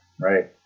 Right